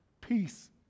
Peace